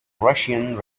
russian